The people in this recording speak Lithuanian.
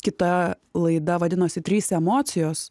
kita laida vadinosi trys emocijos